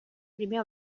primer